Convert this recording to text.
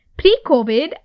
Pre-Covid